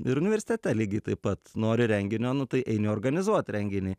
ir universitete lygiai taip pat nori renginio nu tai eini organizuot renginį